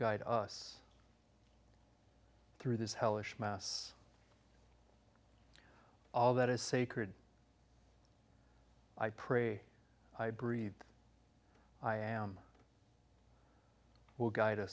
guide us through this hellish mass all that is sacred i pray i breathe i am will gu